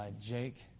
Jake